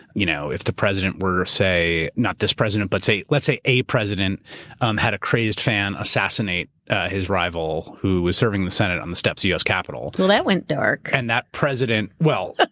you know if the president were say. not this president, but let's say a president um had a crazed fan assassinate his rival who was serving the senate on the steps of us capitol. well, that went dark. and that president. well,